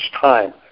time